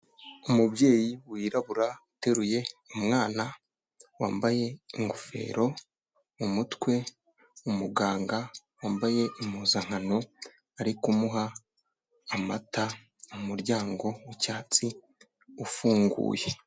Umubyeyi wirabura, ateruye umwana, wambaye ingofero umutwe, umuganga wambaye impuzankano, ari kumuha amata umuryango wicyatsi ufunguye.